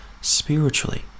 spiritually